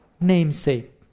namesake